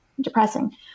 depressing